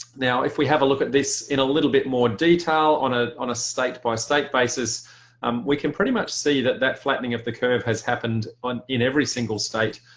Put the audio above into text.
if we have a look at this in a little bit more detail on ah on a state-by-state basis um we can pretty much see that that flattening of the curve has happened on in every single state.